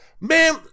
man